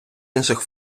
інших